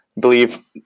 believe